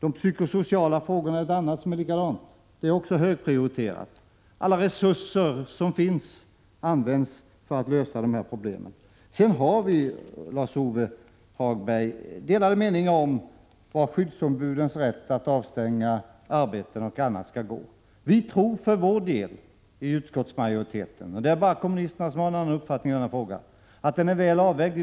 Detsamma gäller de psykosociala frågorna. Alla resurser som finns används för att lösa dessa problem. Sedan har vi, Lars-Ove Hagberg, delade meningar om var gränsen för skyddsombudens rätt att avstänga arbeten och annat skall gå. Vi tror för vår del i utskottsmajoriteten — och det är bara kommunisterna som har en annan uppfattning — att denna fråga i dag är väl avvägd.